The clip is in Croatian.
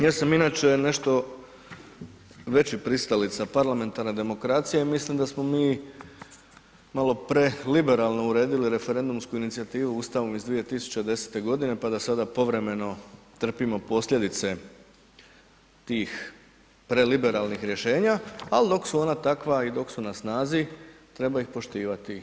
Ja sam inače nešto veći pristalica parlamentarne demokracije jer mislim da smo mi malo preliberalno uredili referendumsku inicijativu Ustavom iz 2010. godine pa da sada povremeno trpimo posljedice tih preliberalnih rješenja, ali dok su ona takva i dok su na snazi treba ih poštivati.